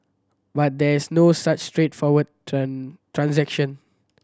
but there's no such straightforward transaction